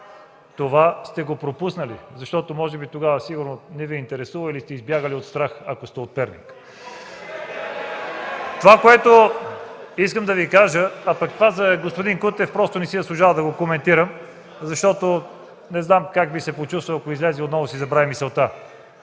Това сте го пропуснали. Може би тогава сигурно не Ви е интересувало или сте избягали от страх, ако сте от Перник. (Възгласи: „Е-е-е!” от ДПС и КБ.) Това за господин Кутев просто не си заслужава да го коментирам, защото не знам как би се почувствал, ако излезе и отново си забрави мисълта.